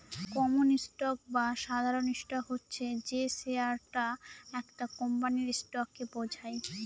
common stock বা সাধারণ stock হচ্ছে যে শেয়ারটা একটা কোম্পানির স্টককে বোঝায়